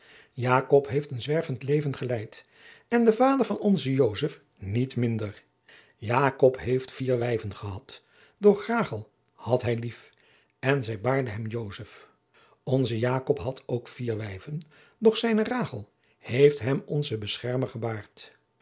heeft een zwervend leven geleid en de vader van onzen josef niet minder jacob heeft vier wijven gehad doch rachel had hij lief en zij baarde hem josef onze jacob had ook vier wijven doch zijne rachel heeft hem onzen beschermer gebaard